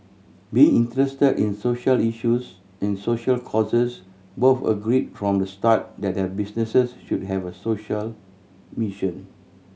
being interested in social issues in soucial causes both agreed from the start that their business should have a social mission